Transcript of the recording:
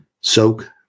soak